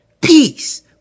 peace